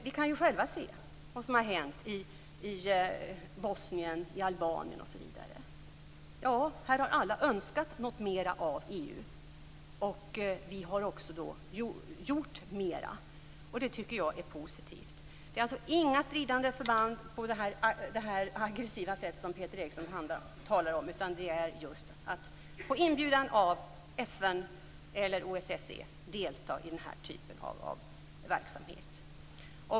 Vi kan själva se vad som har hänt i Bosnien, Albanien osv. Här har alla önskat något mera av EU, och vi har också gjort mera. Det tycker jag är positivt. Det är alltså inte fråga om stridande förband, på det aggressiva sätt som Peter Eriksson talar om, utan det är just att på inbjudan av FN eller OSSE delta i den här typen av verksamhet.